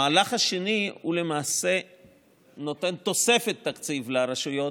המהלך השני למעשה נותן תוספת תקציב לרשויות,